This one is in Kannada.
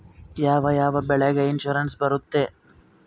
ಯಾವ ಯಾವ ಬೆಳೆಗೆ ಇನ್ಸುರೆನ್ಸ್ ಬರುತ್ತೆ?